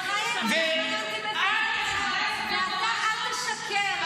--- ואתה, אל תשקר.